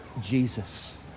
Jesus